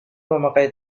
memakai